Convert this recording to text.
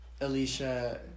Alicia